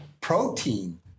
protein